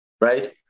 right